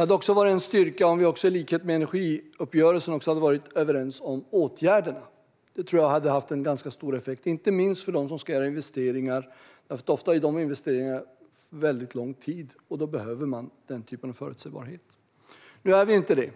hade även varit en styrka om vi, i likhet med i energiöverenskommelsen, också hade varit överens om åtgärderna. Det hade nog fått stor effekt, inte minst för dem som ska göra investeringar. Investeringar görs ofta för lång tid, och då behövs förutsägbarhet. Men nu är vi inte överens.